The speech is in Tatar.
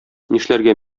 нишләргә